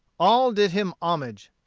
all did him homage.